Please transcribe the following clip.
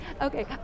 Okay